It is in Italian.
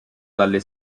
dalle